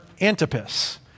Antipas